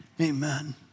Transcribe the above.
amen